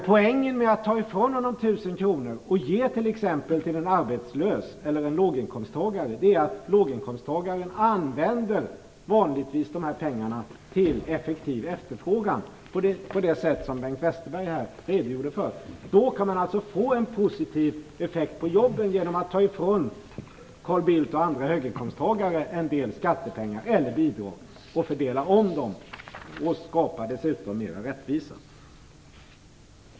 Poängen med att ta ifrån honom 1 000 kr och ge t.ex. till en arbetslös eller en låginkomsttagare är att låginkomsttagaren vanligtvis använder pengarna till effektiv efterfrågan på det sätt som Bengt Westerberg tidigare redogjorde för. Man kan alltså få en positiv effekt på jobben genom att ta ifrån Carl Bildt och andra höginkomsttagare en del skattepengar eller bidrag och fördela om dem, och man skapar då dessutom mera rättvisa.